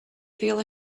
feel